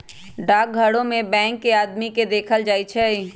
डाकघरो में बैंक के आदमी के देखल जाई छई